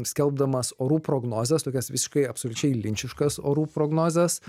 skelbdamas orų prognozes tokias visiškai absoliučiai linčiškas orų prognozes